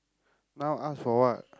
now ask for what